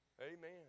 Amen